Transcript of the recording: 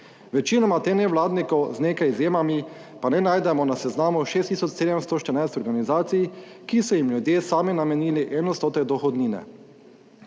Večinoma teh nevladnikov, z nekaj izjemami, pa ne najdemo na seznamu 6714 organizacij, ki so jim ljudje sami namenili en odstotek dohodnine